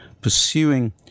pursuing